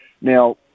Now